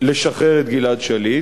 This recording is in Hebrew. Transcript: לשחרר את גלעד שליט.